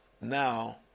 now